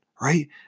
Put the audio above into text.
right